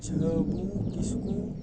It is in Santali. ᱡᱷᱟᱹᱵᱩ ᱠᱤᱥᱠᱩ